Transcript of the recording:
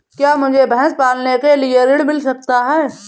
क्या मुझे भैंस पालने के लिए ऋण मिल सकता है?